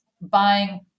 buying